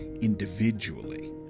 individually